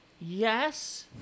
Yes